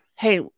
hey